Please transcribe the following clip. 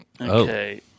Okay